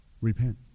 Repent